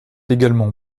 également